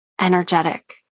energetic